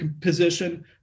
position